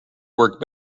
work